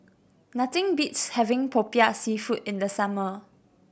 nothing beats having Popiah Seafood in the summer